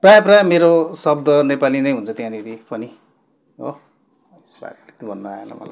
प्रायः प्रायः मेरो शब्द नेपाली नै हुन्छ त्यहाँनिर पनि हो यसमा त्यति भन्न आएन मलाई